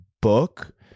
book